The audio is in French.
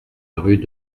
rue